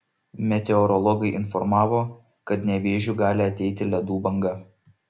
meteorologai informavo kad nevėžiu gali ateiti ledų banga